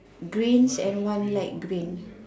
greens and one light green